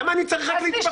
למה אני צריך רק להתפרץ?